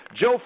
Joe